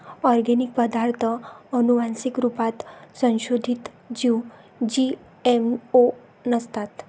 organic पदार्ताथ आनुवान्सिक रुपात संसोधीत जीव जी.एम.ओ नसतात